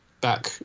back